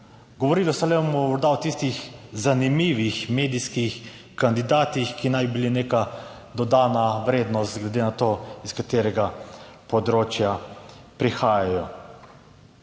govorilo se je le morda o tistih zanimivih medijskih kandidatih, ki naj bi bili neka dodana vrednost glede na to, s katerega področja prihajajo.